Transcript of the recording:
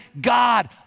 God